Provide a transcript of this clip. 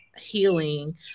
healing